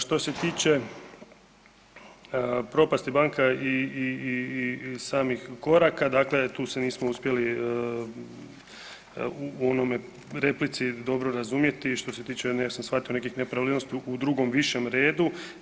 Što se tiče propasti banka i samih koraka, dakle tu se nismo uspjeli u onoj replici dobro razumjeti što se tiče, ja sam shvatio nekih nepravilnosti u drugom višem redu.